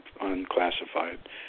unclassified